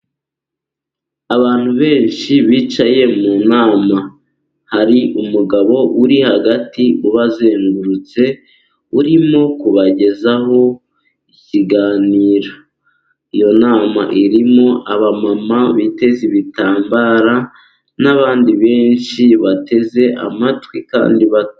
Abantu benshi bicaye mu nama , hari umugabo uri hagati ubazengurutse urimo kubagezaho ikiganiro. Iyo nama irimo abamama biteze ibitambaro , n'abandi benshi bateze amatwi kandi bitonze.